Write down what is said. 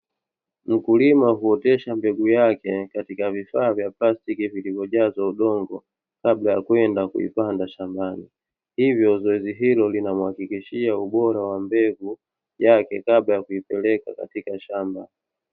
Mkulima wakuotesha mbegu yake katika vifaa vya plastiki vilivyojazwa udongo, kabla ya kwenda kuipanda shambani. Hivyo zoezi hilo linamwakikishia ubora wa mbegu yake kabla ya kuipeleka katika shamba.